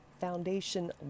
Foundation